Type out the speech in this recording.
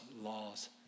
laws